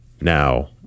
Now